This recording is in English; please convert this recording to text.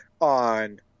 on